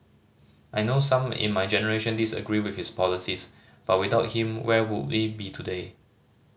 I know some in my generation disagree with his policies but without him where would we be today